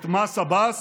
את מס עבאס?